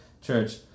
Church